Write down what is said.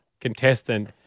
contestant